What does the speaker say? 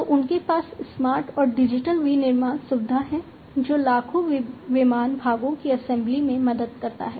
तो उनके पास स्मार्ट और डिजिटल विनिर्माण सुविधा है जो लाखों विमान भागों की असेंबली में मदद करता है